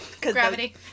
Gravity